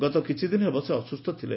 ଗତ କିଛିଦିନ ହେବ ସେ ଅସ୍ସୁସ୍ସ ଥିଲେ